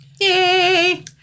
Yay